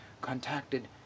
contacted